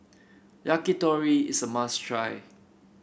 Yakitori is a must try